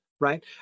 right